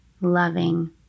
loving